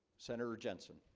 senator jensen